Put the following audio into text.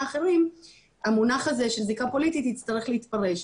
אחרים המונח הזה של זיקה פוליטית יצטרך להתפרש.